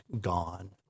gone